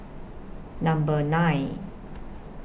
Number nine